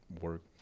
work